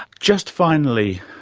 just finally,